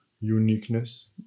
uniqueness